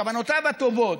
כוונותיו הטובות,